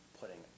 putting